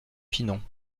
pinon